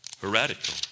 heretical